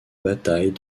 bataille